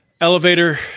elevator